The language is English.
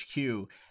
HQ